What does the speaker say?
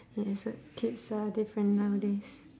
yes uh kids are different nowadays